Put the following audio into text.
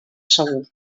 segur